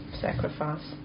sacrifice